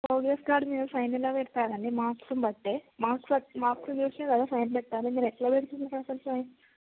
progress card మీద sign ఎలా పెడతారు అండి మార్క్స్ బట్టే మార్క్స్ మార్క్సు చూసి కదా మీరు సైన్ పెట్టాలి మీరు ఎట్లా పెడుతున్నారు అసలు సైన్